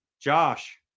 Josh